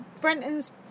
Brenton's